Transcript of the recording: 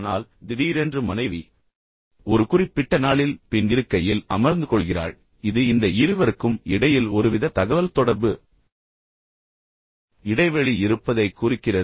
ஆனால் திடீரென்று மனைவி ஒரு குறிப்பிட்ட நாளில் பின் இருக்கையில் அமர்ந்துகொள்கிறாள் எனவே இது இந்த இருவருக்கும் இடையில் ஒருவித தகவல்தொடர்பு இடைவெளி இருப்பதைக் குறிக்கிறது